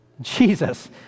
Jesus